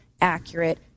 accurate